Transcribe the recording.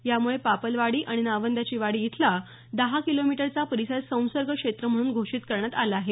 यामुळे पापलवाडी आणि नावंद्याची वाडी इथला दहा किलोमीटरचा परिसर संसर्ग क्षेत्र म्हणून घोषीत करण्यात आला आहे